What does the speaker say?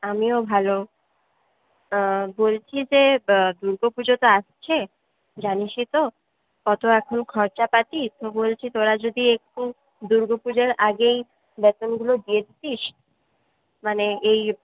আমিও ভালো তা বলছি যে দুর্গা পুজো তো আসছে জানিসই তো কত এখন খরচাপাতি তো বলছি তোরা যদি একটু দুর্গা পুজোর আগেই বেতনগুলো দিয়ে দিতিস মানে এই